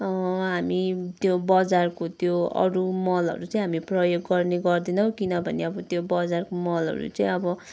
हामी त्यो बजारको त्यो अरू मलहरू चाहिँ हामी प्रयोग गर्ने गर्दैनौँ किनभने अब त्यो बजारको मलहरू चाहिँ अब